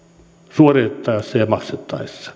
suoritettaessa ja maksettaessa